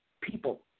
people